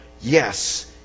yes